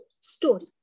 story